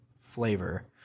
flavor